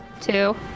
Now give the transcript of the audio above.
Two